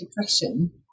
Depression